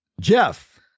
Jeff